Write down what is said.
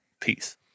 peace